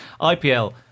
IPL